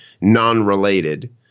non-related